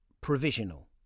provisional